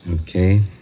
Okay